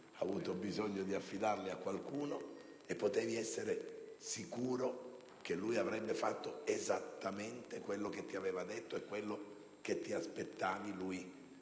avuto bisogno di affidarli a qualcuno, e potevi essere sicuro che lui avrebbe fatto esattamente quello che ti aveva detto e quello che ti aspettavi lui